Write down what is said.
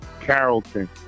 Carrollton